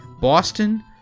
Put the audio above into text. Boston